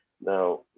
Now